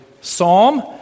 psalm